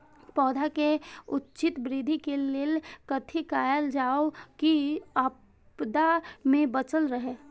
पौधा के उचित वृद्धि के लेल कथि कायल जाओ की आपदा में बचल रहे?